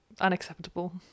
unacceptable